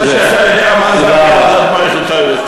אני יודע שאתה יודע מה זה "מויחל טויבעס".